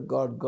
God